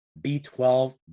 B12